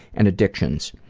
and addictions.